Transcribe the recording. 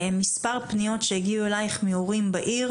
מספר פניות שהגיעו אלייך מהורים בעיר